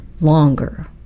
longer